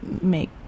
make